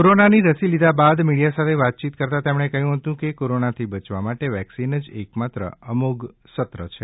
કોરોનાની રસી લીધા બાદ મીડિયા સાથે વાતચીત કરતાં તેમણે કહ્યુ હતું કે કોરોનાથી બચવા માટે વેકિસન જ એક માત્ર અમોધ શસ્ત્ર છે